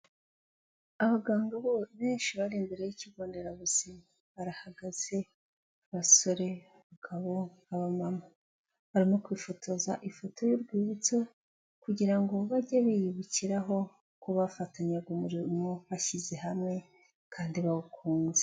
Abaganga benshi bari imbere y'ikigonderabuzima barahagaze abasore, abagabo, abamama barimo kwifotoza ifoto y'urwibutso kugira ngo bajye biyibikiraho ko bafatanyaga umurimo bashyize hamwe kandi bawukunze.